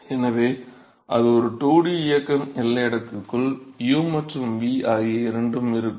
எனவே இது ஒரு 2D இயக்கம் எல்லை அடுக்குக்குள் u மற்றும் v ஆகிய இரண்டும் இருக்கும்